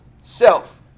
self